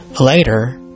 Later